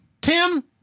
Tim